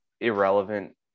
irrelevant